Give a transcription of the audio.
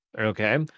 Okay